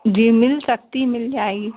जी मिल सकती मिल जाएगी